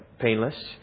painless